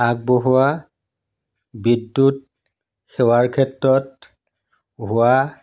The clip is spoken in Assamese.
আগবঢ়োৱা বিদ্যুৎ সেৱাৰ ক্ষেত্ৰত হোৱা